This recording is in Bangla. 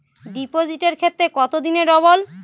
ডিপোজিটের ক্ষেত্রে কত দিনে ডবল?